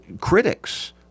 critics